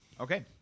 Okay